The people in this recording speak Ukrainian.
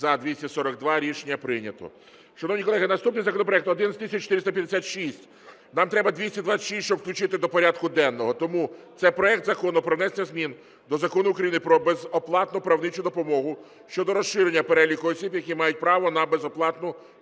За-242 Рішення прийнято. Шановні колеги, наступний законопроект 11456. Нам треба 226, щоб включити до порядку денного. Тому це проект Закону про внесення змін до Закону України "Про безоплатну правничу допомогу" щодо розширення переліку осіб, які мають право на безоплатну вторинну